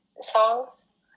songs